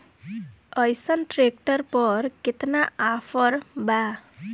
अइसन ट्रैक्टर पर केतना ऑफर बा?